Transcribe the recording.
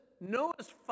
Noah's